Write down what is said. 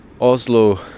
Oslo